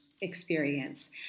experience